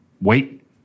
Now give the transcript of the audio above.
wait